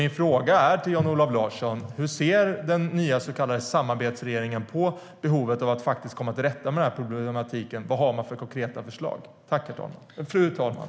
Min fråga till Jan-Olof Larsson är: Hur ser den nya så kallade samarbetsregeringen på behovet av att faktiskt komma till rätta med denna problematik, och vilka konkreta förslag har man?